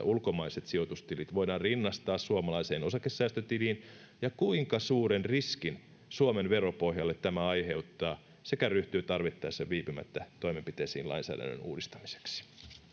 ulkomaiset sijoitustilit voidaan rinnastaa suomalaiseen osakesäästötiliin ja kuinka suuren riskin suomen veropohjalle tämä aiheuttaa sekä ryhtyy tarvittaessa viipymättä toimenpiteisiin lainsäädännön uudistamiseksi